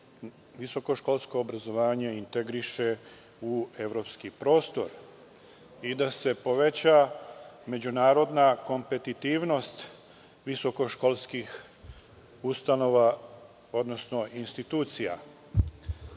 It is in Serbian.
visokoškolsko obrazovanje integriše u evropski prostor i da se poveća međunarodna kompetitivnost visokoškolskih ustanova odnosno institucija. Sama